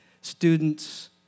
students